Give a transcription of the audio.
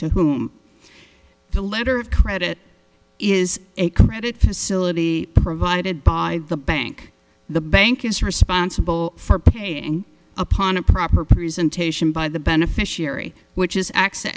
to whom the letter of credit is a credit facility provided by the bank the bank is responsible for paying upon a proper presentation by the beneficiary which is